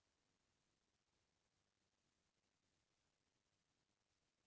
फसल बीमा म कतका पइसा मिलथे?